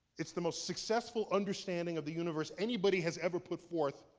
it's the most successful understanding of the universe anybody has ever put forth,